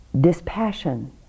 dispassion